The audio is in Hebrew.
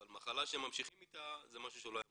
אבל מחלה שממשיכים איתה זה משהו שלא היה במודעות.